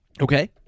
Okay